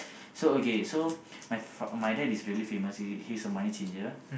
so okay so my fa~ my dad is really famous he's a money changer